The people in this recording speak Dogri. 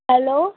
हैल्लो